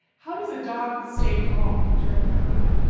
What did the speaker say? how does a dog stay calm during that ride?